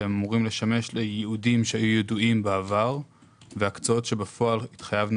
שאמורים לשמש לייעודים שהיו ידועים בעבר והקצאות שבפועל התחייבנו